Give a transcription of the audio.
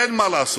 אין מה לעשות.